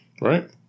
right